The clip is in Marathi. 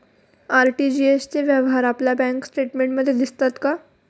आर.टी.जी.एस चे व्यवहार आपल्या बँक स्टेटमेंटमध्ये दिसतात का?